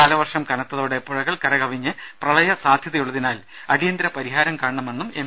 കാലവർഷം കനത്തോടെ പുഴകൾ കരകവിഞ്ഞ് പ്രളയ സാധ്യതയുള്ളതിനാൽ അടിയന്തര പരിഹാരം കാണണമെന്നും എം